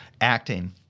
acting